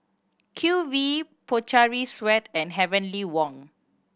Q V Pocari Sweat and Heavenly Wang